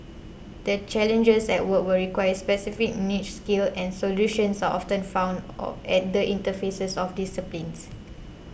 the challenges at work will require specific niche skills and solutions are often found at the interfaces of disciplines